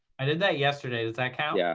i did that yesterday. does that count? yeah.